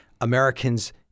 Americans